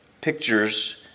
pictures